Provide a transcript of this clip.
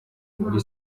muri